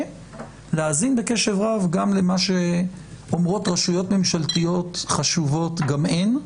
ולהאזין בקשב רב גם למה שאומרות רשויות ממשלתיות חשובות גם הן,